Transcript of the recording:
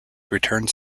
returns